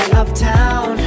uptown